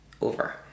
over